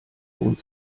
lohnt